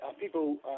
people